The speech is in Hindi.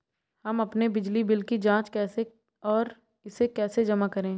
हम अपने बिजली बिल की जाँच कैसे और इसे कैसे जमा करें?